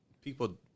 People